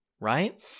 right